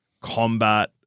combat